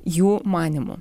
jų manymu